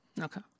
Okay